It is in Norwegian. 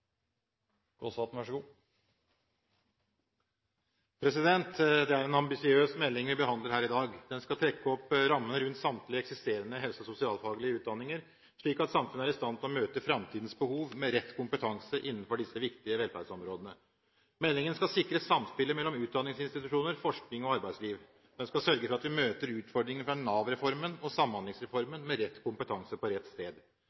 en ambisiøs melding vi behandler her i dag. Den skal trekke opp rammene rundt samtlige eksisterende helse- og sosialfaglige utdanninger, slik at samfunnet er i stand til å møte framtidens behov med rett kompetanse innenfor disse viktige velferdsområdene. Meldingen skal sikre samspillet mellom utdanningsinstitusjoner, forskning og arbeidsliv, den skal sørge for at vi møter utfordringene fra Nav-reformen og Samhandlingsreformen med rett kompetanse på rett sted,